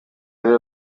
reba